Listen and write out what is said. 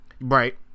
Right